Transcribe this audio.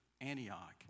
Antioch